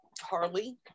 harley